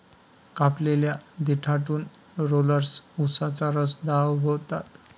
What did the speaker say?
कापलेल्या देठातून रोलर्स उसाचा रस दाबतात